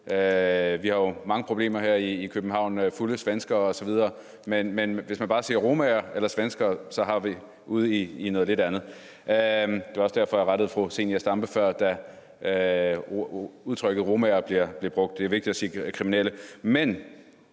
Vi har jo mange problemer her i København, fulde svenskere osv., men hvis man bare siger »romaer« eller »svenskere«, er vi ude i noget lidt andet. Det var også derfor, jeg rettede fru Zenia Stampe før, da udtrykket romaer blev brugt. Det er vigtigt at sige »kriminelle